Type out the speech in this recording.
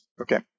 Okay